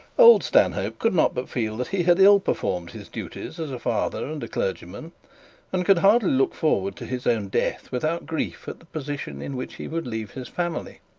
old stanhope could not but feel that he had ill-performed his duties as a father and a clergyman and could hardly look forward to his own death without grief at the position in which he would leave his family.